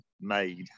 made